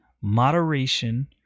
moderation